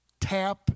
Tap